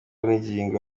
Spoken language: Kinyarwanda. bw’ingingo